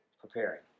preparing